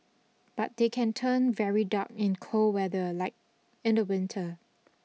but they can turn very dark in cold weather like in the winter